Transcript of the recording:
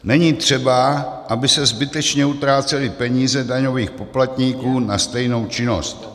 Není třeba, aby se zbytečně utrácely peníze daňových poplatníků na stejnou činnost.